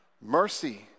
Mercy